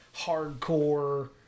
hardcore